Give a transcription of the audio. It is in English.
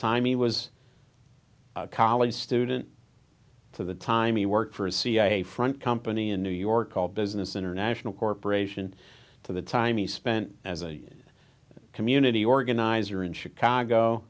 time he was college student for the time he worked for a cia front company in new york called business international corporation to the time he spent as a community organizer in chicago